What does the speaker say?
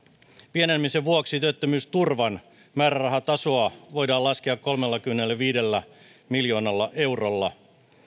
pienenemisen vuoksi työttömyysturvan määrärahatasoa voidaan laskea kolmellakymmenelläviidellä miljoonalla eurolla